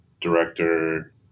director